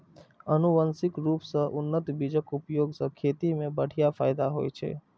आनुवंशिक रूप सं उन्नत बीजक उपयोग सं खेती मे बढ़िया फायदा होइ छै